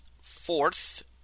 fourth